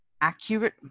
accurate